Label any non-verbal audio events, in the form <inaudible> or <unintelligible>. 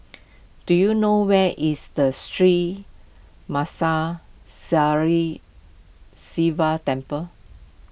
do you know where is the Sri <unintelligible> Sivan Temple